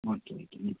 okay okay ம்